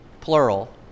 plural